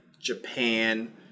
Japan